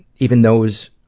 even those,